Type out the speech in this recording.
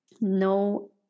No